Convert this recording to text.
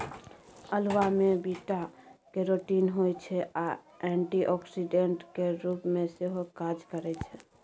अल्हुआ मे beta carotene होइ छै आ एंटीआक्सीडेंट केर रुप मे सेहो काज करय छै